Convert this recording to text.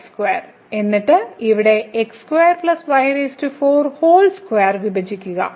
m2x2 എന്നിട്ട് ഇവിടെ വിഭജിക്കുക